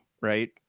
right